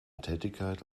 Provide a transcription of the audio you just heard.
tätigkeit